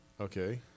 Okay